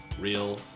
Real